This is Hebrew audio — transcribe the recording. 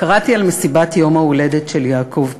קראתי על מסיבת יום ההולדת של יעקב פרי,